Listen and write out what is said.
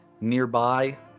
nearby